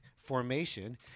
formation